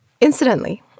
incidentally